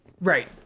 right